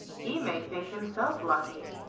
he may think himself lucky!